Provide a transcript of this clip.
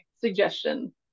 suggestion